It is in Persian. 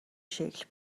شکل